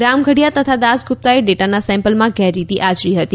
રામગઢીઆ તથા દાસગુપ્તાએ ડેટાના સેમ્પલમાં ગેરરીતી આચરી હતી